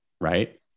right